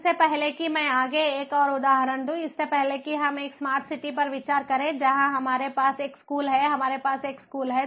इससे पहले कि मैं आगे एक और उदाहरण दूं इससे पहले कि हम एक स्मार्ट सिटी पर विचार करें जहां हमारे पास एक स्कूल है हमारे पास एक स्कूल है